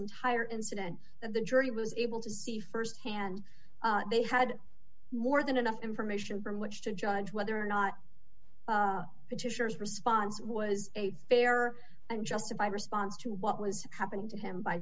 entire incident the jury was able to see st hand they had more than enough information from which to judge whether or not petitioners response was a fair and justified response to what was happening to him by